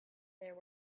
there